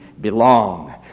belong